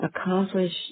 accomplish